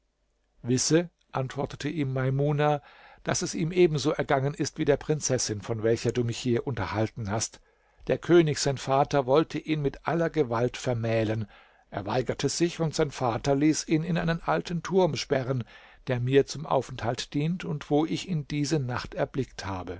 wisse antwortete ihm maimuna daß es ihm ebenso ergangen ist wie der prinzessin von welcher du mich hier unterhalten hast der könig sein vater wollte ihn mit aller gewalt vermählen er weigerte sich und sein vater ließ ihn in einen alten turm sperren der mir zum aufenthalt dient und wo ich ihn diese nacht erblickt habe